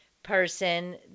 person